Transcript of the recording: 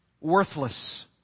worthless